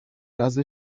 razy